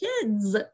Kids